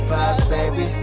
Baby